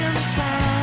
inside